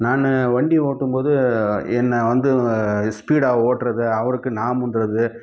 நான் வண்டி ஓட்டும் போது என்ன வந்து ஸ்பீடாக ஓட்டுறது அவருக்கு நான் முந்துகிறது